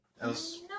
else